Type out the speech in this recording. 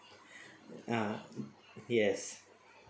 ah yes